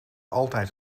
altijd